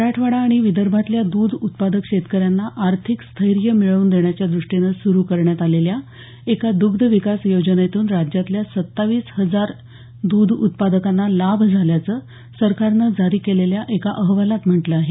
मराठवाडा आणि विदर्भातल्या द्ध उत्पादक शेतकऱ्यांना आर्थिक स्थैर्य मिळवून देण्याच्या दृष्टीनं सुरू करण्यात आलेल्या एका दग्ध विकास योजनेतून राज्यातल्या सत्तावीस हजार दुध उत्पादकांना लाभ झाल्याचं सरकारनं जारी केलेल्या एका अहवालात म्हटलं आहे